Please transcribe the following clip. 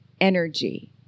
energy